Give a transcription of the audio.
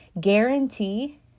guarantee